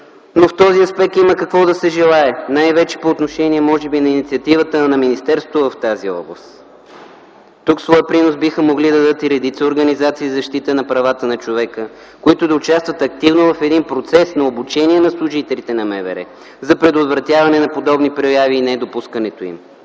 но в този аспект има какво да се желае, най-вече по отношение на инициативата на министерството в тази област. Тук своя принос биха могли да дадат и редица организации за защита на правата на човека, които да участват активно в един процес на обучение на служителите на МВР, за предотвратяване на подобни прояви и недопускането им.